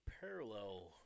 parallel